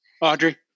Audrey